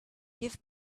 give